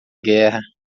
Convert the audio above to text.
guerra